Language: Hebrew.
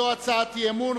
זו הצעת אי-אמון.